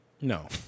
No